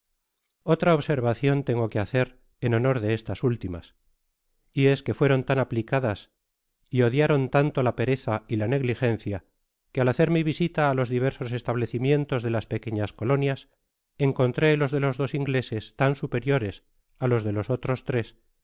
otra observacion tengo que hacer en honor de estas últimas y es que fueron tan aplicadas y odiaron tanto la pereza y la negligencia que al hacer mi visita á los diversos establecimientos de las pequeñas colonias encontré los de los dos ingleses tan superiores álos de los otrosí tres que